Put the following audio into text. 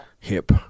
hip